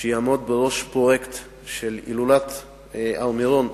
שתעמוד בראש הפרויקט של הילולת הר-מירון.